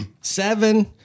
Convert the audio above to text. seven